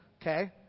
Okay